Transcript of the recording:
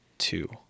Two